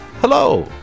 Hello